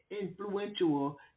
influential